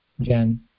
Jen